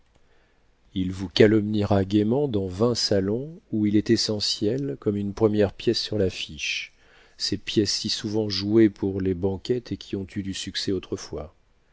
il vous calomniera gaiement dans vingt salons où il est essentiel comme une première pièce sur l'affiche ces pièces si souvent jouées pour les banquettes et qui ont eu du succès autrefois